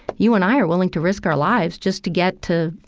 you and i are willing to risk our lives just to get to,